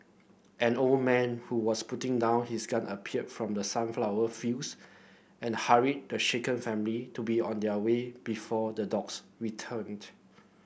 an old man who was putting down his gun appeared from the sunflower fields and hurried the shaken family to be on their way before the dogs returned